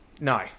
No